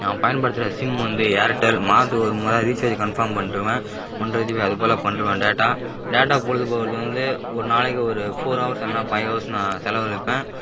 நாம் பயன்படுத்துகிற சிம் வந்து ஏர்டெல் மாதத்துக்கு ஒரு முறை ரீசார்ஜ் கன்ஃபார்ம் பண்ணிட்ருவன் ஒன்ரை ஜிபி அதுபோல் பண்ணிட்ருவன் டேட்டா டேட்டா பொழுதுபோகுறதுக்கு வந்து ஒரு நாளைக்கு ஒரு ஃபோர் ஹவர்ஸ் இல்லைனா ஃபைவ் ஹவர்ஸ் நான் செலவழிப்பேன்